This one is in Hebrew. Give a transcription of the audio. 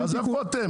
אז איפה אתם?